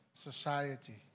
society